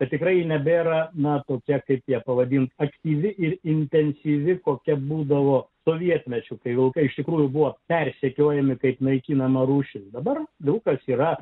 ir tikrai nebėra na tokie kaip jie pavadinti aktyvi ir intensyvi kokia būdavo sovietmečiu kai vilkai iš tikrųjų buvo persekiojami kaip naikinama rūšis dabar daug kas yra